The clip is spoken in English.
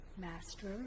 Master